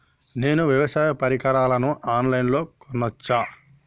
నేను వ్యవసాయ పరికరాలను ఆన్ లైన్ లో కొనచ్చా?